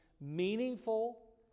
meaningful